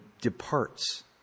departs